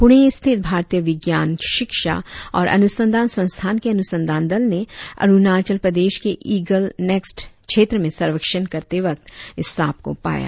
पूर्णे स्थित भारतीय विज्ञान शिक्षा और अनुसंधान संस्थान के अनुसंधान दल ने अरुणाचल प्रदेश के इगलनेस्ट क्षेत्र में सर्वेक्षण करते वक्त इस सांप को पाया